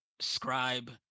scribe